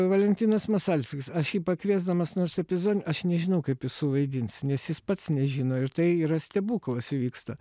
valentinas masalskis aš jį pakviesdamas nors epizodą aš nežinau kaip jis suvaidins nes jis pats nežino ir tai yra stebuklas įvyksta